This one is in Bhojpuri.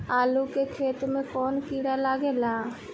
आलू के खेत मे कौन किड़ा लागे ला?